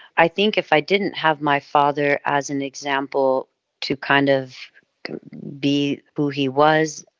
i think if i didn't have my father as an example to kind of be who he was,